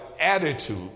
attitude